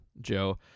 Joe